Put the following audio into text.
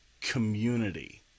community